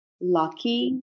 lucky